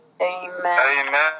Amen